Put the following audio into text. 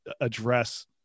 address